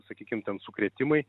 sakykim ten sukrėtimai